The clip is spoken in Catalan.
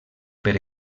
per